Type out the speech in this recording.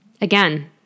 again